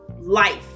life